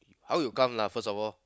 how you come lah first of all